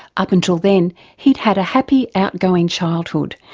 up until then he'd had a happy, outgoing childhood,